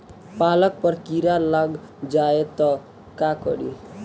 पालक पर कीड़ा लग जाए त का करी?